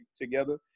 together